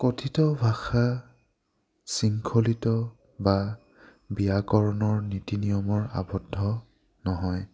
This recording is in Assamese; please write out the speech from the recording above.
কথিত ভাষা শৃংখলিত বা ব্যাকৰণৰ নীতি নিয়মৰ আবদ্ধ নহয়